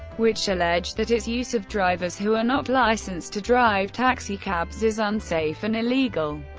which allege that its use of drivers who are not licensed to drive taxicabs is unsafe and illegal.